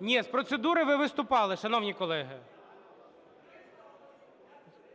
Ні, з процедури ви виступали, шановні колеги.